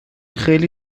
خیلی